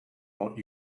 brought